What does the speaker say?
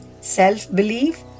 self-belief